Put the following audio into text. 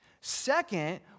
Second